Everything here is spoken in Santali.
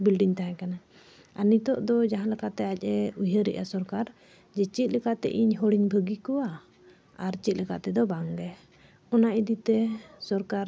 ᱵᱤᱞᱰᱤᱝ ᱛᱟᱦᱮᱸ ᱠᱟᱱᱟ ᱟᱨ ᱱᱤᱛᱚᱜ ᱫᱚ ᱡᱟᱦᱟᱸ ᱞᱮᱠᱟᱛᱮ ᱟᱡ ᱮ ᱩᱭᱦᱟᱹᱨᱮᱜᱼᱟ ᱥᱚᱨᱠᱟᱨ ᱡᱮ ᱪᱮᱫ ᱞᱮᱠᱟᱛᱮ ᱤᱧ ᱦᱚᱲᱤᱧ ᱵᱷᱟᱹᱜᱤ ᱠᱚᱣᱟ ᱟᱨ ᱪᱮᱫ ᱞᱮᱠᱟ ᱛᱮᱫᱚ ᱵᱟᱝᱜᱮ ᱚᱱᱟ ᱤᱫᱤᱛᱮ ᱥᱚᱨᱠᱟᱨ